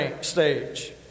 stage